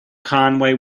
conway